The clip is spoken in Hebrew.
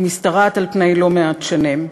היא משתרעת על-פני לא מעט שנים.